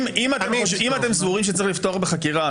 אם אתם סבורים שצריך לפתוח בחקירה,